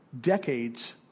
decades